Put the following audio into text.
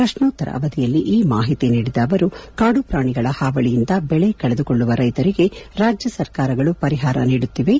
ಪ್ರಶ್ನೋತ್ತರವಧಿಯಲ್ಲಿ ಈ ಮಾಹಿತಿ ನೀಡಿದ ಅವರು ಕಾಡು ಪ್ರಾಣಿಗಳ ಹಾವಳಿಯಿಂದ ಬೆಳೆ ಕಳೆದುಕೊಳ್ಳುವ ರೈತರಿಗೆ ರಾಜ್ಯ ಸರ್ಕಾರಗಳು ಪರಿಹಾರ ನೀಡುತ್ತಿವೆ